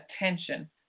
attention